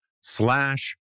slash